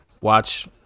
watch